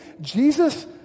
Jesus